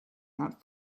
not